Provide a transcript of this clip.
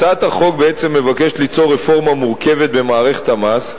הצעת החוק מבקשת ליצור רפורמה מורכבת במערכת המס,